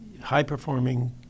high-performing